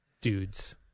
dudes